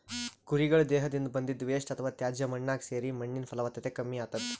ಕುರಿಗಳ್ ದೇಹದಿಂದ್ ಬಂದಿದ್ದ್ ವೇಸ್ಟ್ ಅಥವಾ ತ್ಯಾಜ್ಯ ಮಣ್ಣಾಗ್ ಸೇರಿ ಮಣ್ಣಿನ್ ಫಲವತ್ತತೆ ಕಮ್ಮಿ ಆತದ್